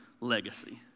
legacy